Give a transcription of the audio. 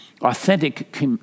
authentic